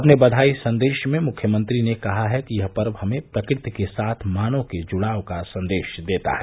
अपने बधाई संदेश में मुख्यमंत्री ने कहा है कि यह पर्व हमें प्रकृति के साथ मानव के जुड़ाव का संदेश देता है